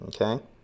Okay